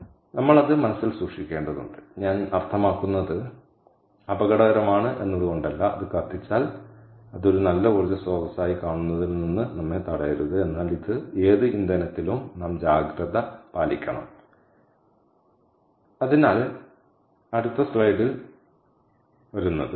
അതിനാൽ നമ്മൾ അത് മനസ്സിൽ സൂക്ഷിക്കേണ്ടതുണ്ട് ഞാൻ അർത്ഥമാക്കുന്നത് അപകടകരമാണ് എന്നതുകൊണ്ടല്ല അത് കത്തിച്ചാൽ അത് ഒരു നല്ല ഊർജ്ജ സ്രോതസ്സായി കാണുന്നതിൽ നിന്ന് നമ്മെ തടയരുത് എന്നാൽ ഏത് ഇന്ധനത്തിലും നാം ജാഗ്രത പാലിക്കണം അതിനാൽ അടുത്ത സ്ലൈഡിൽ ഞാൻ എന്താണ് വരുന്നത്